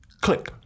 click